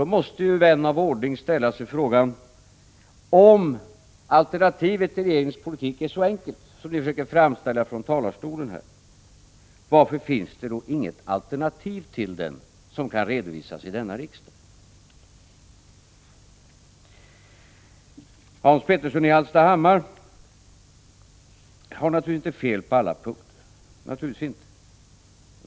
Då måste ju vän av ordning ställa sig frågan: Om alternativet till regeringens politik är så enkelt som ni försöker framställa det från talarstolen här, varför finns det då inte något sådant alternativ som kan redovisas här i riksdagen? Hans Petersson i Hallstahammar har inte fel på alla punkter — naturligtvis inte.